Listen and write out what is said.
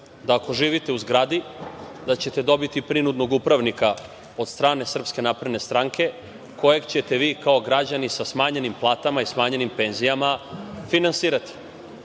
da, ako živite u zgradi, da ćete dobiti prinudnog upravnika od strane SNS kojeg ćete vi kao građani sa smanjenim platama i smanjenim penzijama finansirati. Sa